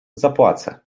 zapłacę